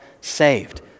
saved